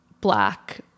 black